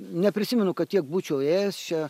neprisimenu kad tiek būčiau ėjęs čia